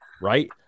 Right